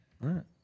right